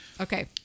Okay